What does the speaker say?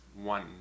one